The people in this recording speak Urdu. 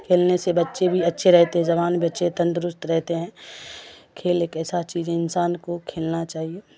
کھیلنے سے بچے بھی اچھے رہتے زبان بھی بچے تندرست رہتے ہیں کھیل ایک ایسا چیز ہے انسان کو کھیلنا چاہیے